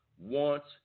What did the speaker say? wants